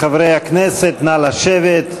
חברי הכנסת, נא לשבת,